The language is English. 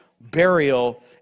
burial